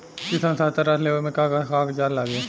किसान सहायता राशि लेवे में का का कागजात लागी?